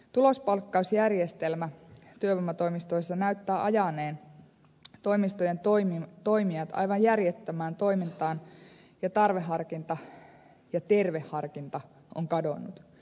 tulospalkkausjärjestelmä työvoimatoimistoissa näyttää ajaneen toimistojen toimijat aivan järjettömään toimintaan ja tarveharkinta ja terve harkinta on kadonnut